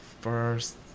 first